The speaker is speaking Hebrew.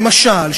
למשל,